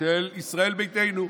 של ישראל ביתנו,